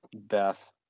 Beth